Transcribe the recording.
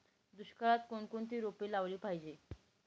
दुष्काळात कोणकोणती रोपे लावली पाहिजे?